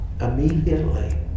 immediately